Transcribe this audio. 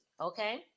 okay